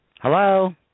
Hello